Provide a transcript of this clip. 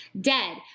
dead